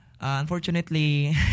unfortunately